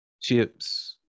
chips